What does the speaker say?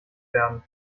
werden